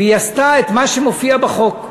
והיא עשתה את מה שמופיע בחוק.